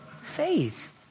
faith